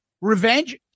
Revenge